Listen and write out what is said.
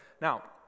Now